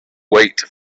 wait